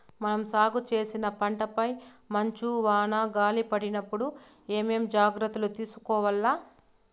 మనం సాగు చేసిన పంటపై మంచు, వాన, గాలి పడినప్పుడు ఏమేం జాగ్రత్తలు తీసుకోవల్ల?